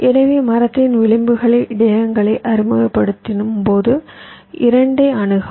எனவே மரத்தின் விளிம்புகளில் இடையகங்களை அறிமுகப்படுத்தும் 2 ஐ அணுகவும்